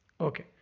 Okay